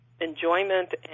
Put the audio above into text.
enjoyment